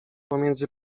pomiędzy